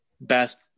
best